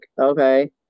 okay